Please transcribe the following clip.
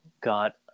got